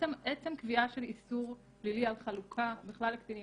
עצם קביעה של איסור פלילי על חלוקה בכלל לקטינים